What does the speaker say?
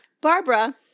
Barbara